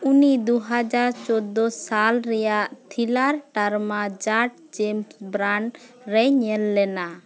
ᱩᱱᱤ ᱫᱩ ᱦᱟᱡᱟᱨ ᱪᱳᱫᱫᱳ ᱥᱟᱞ ᱨᱮᱱᱟᱜ ᱛᱷᱤᱨᱤᱞᱟᱨ ᱡᱟᱴ ᱡᱮᱢᱥ ᱵᱮᱱᱰ ᱨᱮᱭ ᱧᱮᱞ ᱞᱮᱱᱟ